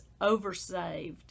oversaved